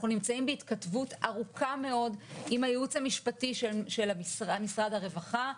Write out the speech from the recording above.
אנחנו נמצאים בהתכתבות ארוכה מאוד עם הייעוץ המשפטי של משרד הרווחה,